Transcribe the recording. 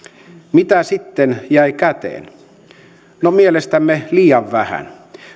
mitä sitten jäi käteen no mielestämme liian vähän työllisyysreformeja